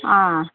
অঁ